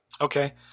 Okay